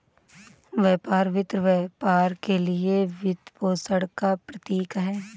व्यापार वित्त व्यापार के लिए वित्तपोषण का प्रतीक है